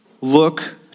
look